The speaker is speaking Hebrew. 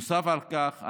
נוסף על כך,